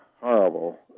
horrible